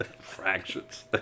Fractions